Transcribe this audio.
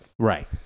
Right